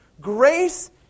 Grace